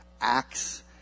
acts